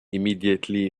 immediately